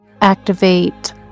activate